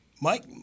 Mike